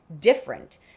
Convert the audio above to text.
different